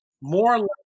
more